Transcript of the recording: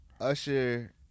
Usher